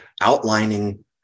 outlining